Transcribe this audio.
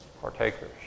Partakers